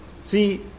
see